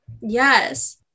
yes